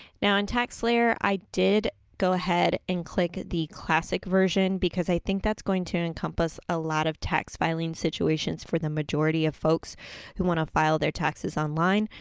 now, in taxslayer i did go ahead and click the classic version because i think that's going to encompass a lot of tax filing situations for the majority of folks who wanna file their taxes online.